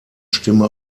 stimme